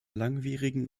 langwierigen